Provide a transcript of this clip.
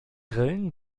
grillen